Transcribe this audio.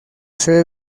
sede